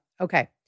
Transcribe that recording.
Okay